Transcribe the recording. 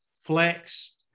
flex